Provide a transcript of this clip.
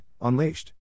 unleashed